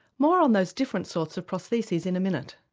more on those different sorts of prostheses in a minute.